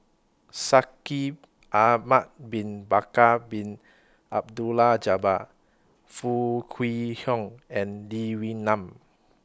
Shaikh Ahmad Bin Bakar Bin Abdullah Jabbar Foo Kwee Horng and Lee Wee Nam